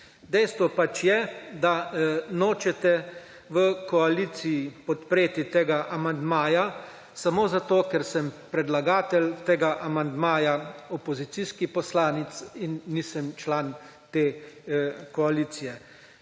Dejstvo pač je, da nočete v koaliciji podpreti tega amandmaja samo zato, ker sem predlagatelj tega amandmaja opozicijski poslanec in nisem član te koalicije.